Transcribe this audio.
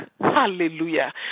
Hallelujah